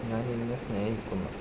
ഞാൻ നിന്നെ സ്നേഹിക്കുന്നു